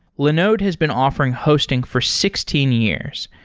linode has been offering hosting for sixteen years,